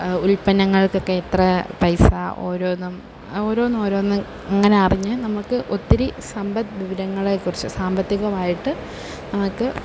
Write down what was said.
ഉല്പന്നങ്ങൾക്കൊക്കെ ഇത്ര പൈസ ഓരോന്നും ഓരോന്ന് ഓരോന്ന് അങ്ങനെ അറിഞ്ഞ് നമുക്ക് ഒത്തിരി സമ്പദ് വിവരങ്ങളെ കുറിച്ച് സാമ്പത്തികമായിട്ട് നമുക്ക്